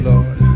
Lord